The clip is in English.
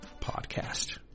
Podcast